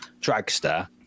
Dragster